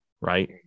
right